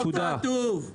נקודה.